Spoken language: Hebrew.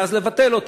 ואז לבטל אותה?